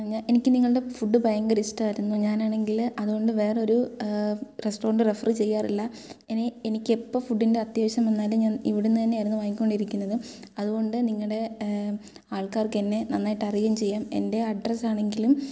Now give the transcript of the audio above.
ഞാ എനിക്ക് നിങ്ങളുടെ ഫുഡ് ഭയങ്കര ഇഷ്ടമായിരുന്നു ഞാനാണെങ്കിൽ അതുകൊണ്ട് വേറൊരു റെസ്റ്റോറൻറ്റ് റെഫർ ചെയ്യാറില്ല ഇനി എനിക്ക് എപ്പോൾ ഫുഡിൻ്റെ അത്യാവശ്യം വന്നാലും ഞാൻ ഇവിടുന്ന് തന്നെയായിരുന്നു വാങ്ങിക്കൊണ്ടിരുന്നത് അതുകൊണ്ട് നിങ്ങടെ ആൾക്കാർക്ക് എന്നെ നന്നായിട്ട് അറിയുകയും ചെയ്യാം എൻ്റെ അഡ്രസ്സാണെങ്കിലും